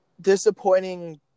disappointing